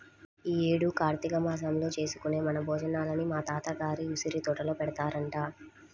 యీ యేడు కార్తీక మాసంలో చేసుకునే వన భోజనాలని మా తాత గారి ఉసిరితోటలో పెడతారంట